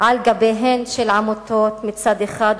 על גביהן של עמותות מצד אחד,